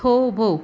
થોભો